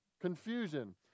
confusion